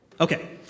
Okay